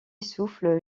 souffle